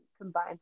combine